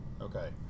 Okay